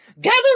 gather